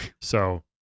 So-